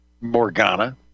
Morgana